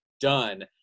done